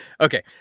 okay